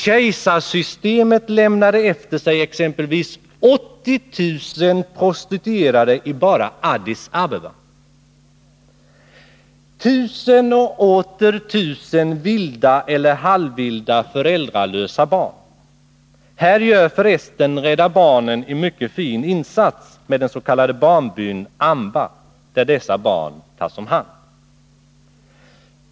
Kejsarsystemet lämnade efter sig 80 000 prostituerade bara i Addis Abeba samt tusen och åter tusen vilda eller halvvilda föräldralösa barn. Här gör f. ö. Rädda barnen en mycket fin insats med den s.k. barnbyn Amba, där dessa vilda barn tas om hand.